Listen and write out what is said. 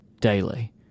daily